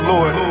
Lord